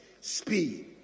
speed